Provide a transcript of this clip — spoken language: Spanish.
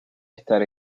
estar